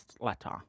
letter